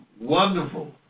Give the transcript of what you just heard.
wonderful